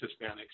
Hispanics